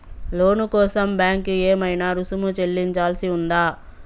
లోను కోసం బ్యాంక్ కి ఏమైనా రుసుము చెల్లించాల్సి ఉందా?